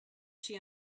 she